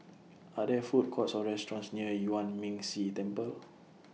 Are There Food Courts Or restaurants near Yuan Ming Si Temple